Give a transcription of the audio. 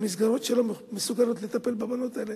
מהמסגרות שלא מסוגלות לטפל בבנות האלה,